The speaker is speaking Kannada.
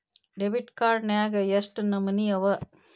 ಡೆಬಿಟ್ ಕಾರ್ಡ್ ನ್ಯಾಗ್ ಯೆಷ್ಟ್ ನಮನಿ ಅವ?